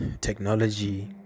technology